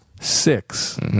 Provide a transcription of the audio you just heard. Six